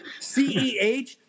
CEH